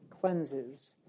cleanses